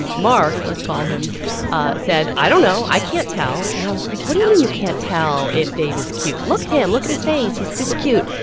and mark let's call him said, i don't know, i can't tell. and i was like, what do you mean you can't tell if dave is cute? look at him. look at his face. he's super cute.